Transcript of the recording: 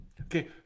okay